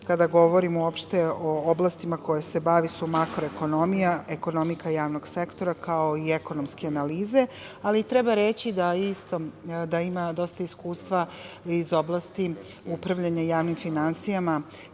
kada govorimo uopšte o oblastima koje se bavi su makro ekonomija, ekonomika javnog sektora, kao i ekonomske analize. Ali, treba reći da ima dosta iskustva iz oblasti upravljanja javnim finansijama